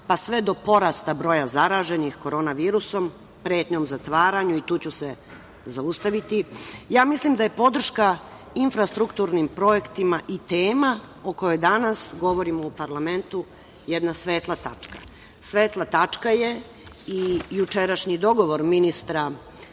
pa sve do porasta broja zaraženih korona virusom, pretnjom zatvaranjem i tu ću se zaustaviti, ja mislim da je podrška infrastrukturnim projektima i tema o kojoj danas govorimo u parlamentu jedna svetla tačka. Svetla tačka je i jučerašnji dogovor ministra